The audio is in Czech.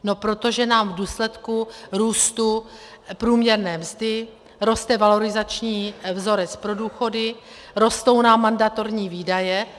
No protože nám v důsledku růstu průměrné mzdy roste valorizační vzorec pro důchody, rostou nám mandatorní výdaje.